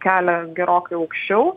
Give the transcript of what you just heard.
kelia gerokai aukščiau